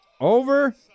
Over